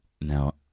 Now